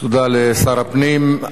תודה לשר הפנים.